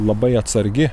labai atsargi